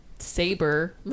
Saber